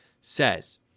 says